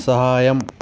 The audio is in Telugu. సహాయం